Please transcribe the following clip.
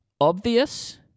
obvious